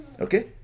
okay